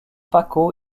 paco